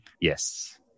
Yes